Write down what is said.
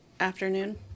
afternoon